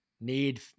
need